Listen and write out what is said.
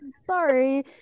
Sorry